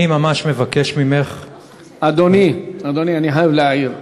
אני ממש מבקש ממך, אדוני, אני חייב להעיר.